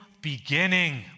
beginning